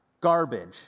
garbage